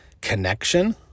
connection